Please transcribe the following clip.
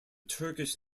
turkish